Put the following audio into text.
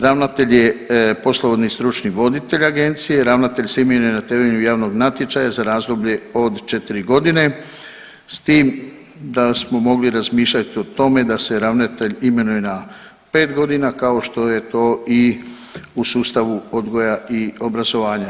Ravnatelj je poslovodni i stručni voditelj agencije, ravnatelj se imenuje na temelju javnog natječaja za razdoblje od 4.g. s tim da smo mogli razmišljati o tome da se ravnatelj imenuje na 5.g. kao što je to i u sustavu odgoja i obrazovanja.